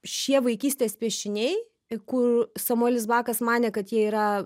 šie vaikystės piešiniai kur samuelis bakas manė kad jie yra